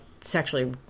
sexually